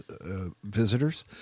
visitors